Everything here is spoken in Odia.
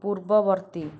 ପୂର୍ବବର୍ତ୍ତୀ